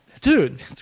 Dude